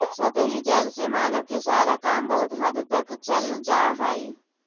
सतही जल से मानव के सारा काम बहुत हद तक चल जा हई